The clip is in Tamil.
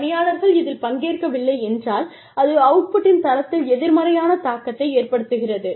பணியாளர்கள் இதில் பங்கேற்கவில்லை என்றால் அது அவுட் புட்டின் தரத்தில் எதிர்மறையான தாக்கத்தை ஏற்படுத்துகிறது